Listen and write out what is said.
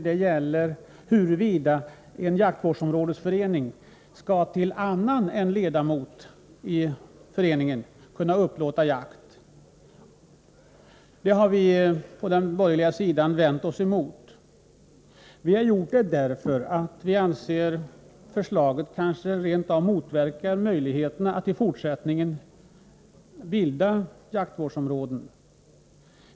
Det gäller frågan huruvida en jaktvårdsområdesförening skall till annan än ledamot i föreningen kunna upplåta jakt. Vi på den borgerliga sidan har vänt oss emot detta. Vi har gjort det därför att vi anser att förslaget kanske rent av motverkar möjligheterna att i fortsättningen bilda jaktvårdsområden.